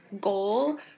goal